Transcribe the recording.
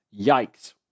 Yikes